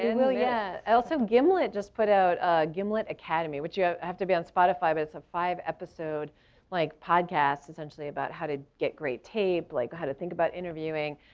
and yeah, also gimlet just put out gimlet academy, which you have to be on spotify, but it's a five episode like podcast, essentially, about how to get great tape, like how to think about interviewing.